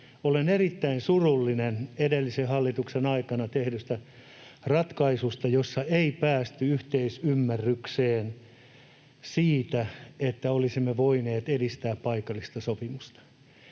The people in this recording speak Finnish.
Olen erittäin surullinen edellisen hallituksen aikana tehdystä ratkaisusta, jossa ei päästy yhteisymmärrykseen siitä, että olisimme voineet edistää paikallista sopimista.